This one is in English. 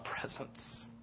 presence